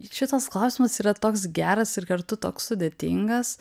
šitas klausimas yra toks geras ir kartu toks sudėtingas